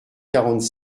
quarante